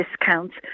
discounts